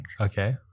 Okay